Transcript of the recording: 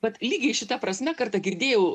vat lygiai šita prasme kartą girdėjau